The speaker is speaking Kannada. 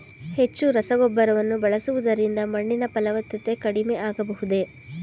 ಹೆಚ್ಚು ರಸಗೊಬ್ಬರವನ್ನು ಬಳಸುವುದರಿಂದ ಮಣ್ಣಿನ ಫಲವತ್ತತೆ ಕಡಿಮೆ ಆಗಬಹುದೇ?